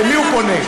למי הוא פונה,